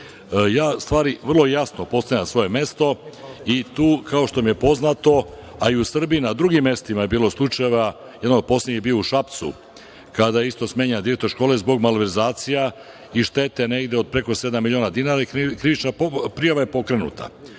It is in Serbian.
vrlo jasno postavljam na svoje mesto i tu kao što vam je poznato, a i u Srbiji na drugim mestima je bilo slučajeva… Jedan od poslednjih je bio u Šapcu kada je isto smenjen direktor škole zbog malverzacija i štete negde od preko sedam miliona dinara i krivična prijava je pokrenuta,